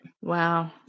Wow